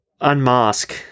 unmask